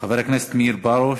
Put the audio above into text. חבר הכנסת מאיר פרוש,